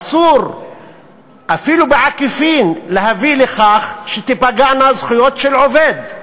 אסור אפילו בעקיפין להביא לכך שתיפגענה זכויות של עובד.